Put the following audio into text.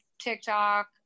TikTok